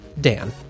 Dan